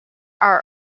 are